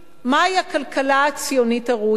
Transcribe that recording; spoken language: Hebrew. מהי הכלכלה הציונית הראויה,